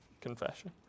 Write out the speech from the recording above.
confession